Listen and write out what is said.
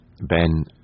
Ben